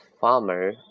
farmer